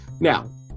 Now